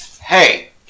Hey